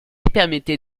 permettait